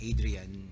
Adrian